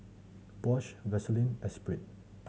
Bosch Vaseline Espirit